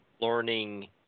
learning